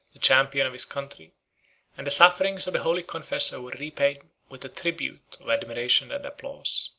the champion of his country and the sufferings of the holy confessor were repaid with a tribute of admiration and applause.